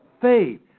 faith